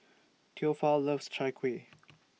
Theophile loves Chai Kueh